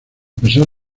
pesar